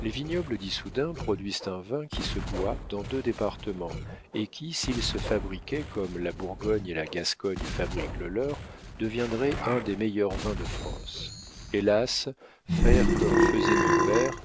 les vignobles d'issoudun produisent un vin qui se boit dans deux départements et qui s'il se fabriquait comme la bourgogne et la gascogne fabriquent le leur deviendrait un des meilleurs vins de france hélas faire comme faisaient nos pères